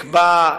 הצבא,